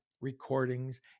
recordings